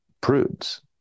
prudes